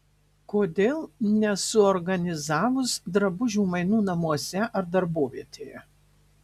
kodėl nesuorganizavus drabužių mainų namuose ar darbovietėje